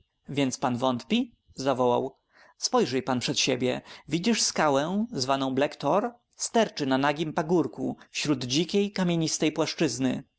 więc pan wątpi zawołał spojrzyj pan przed siebie widzisz skałę zwaną black tor sterczy na nagim pagórku wśród dzikiej kamienistej płaszczyzny